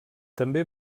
també